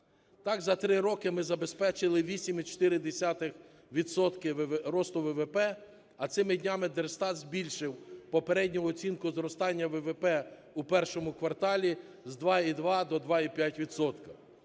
Так, за 3 роки ми забезпечили 8,4 відсотка росту ВВП, а цими днями Держстат збільшив попередню оцінку зростання ВВП у І кварталі з 2,2 до 2,5